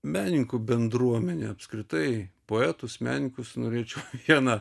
menininkų bendruomenė apskritai poetus menininkus norėčiau vieną